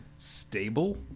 Stable